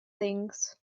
things